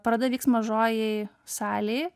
paroda vyks mažojoj salėj